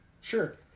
Sure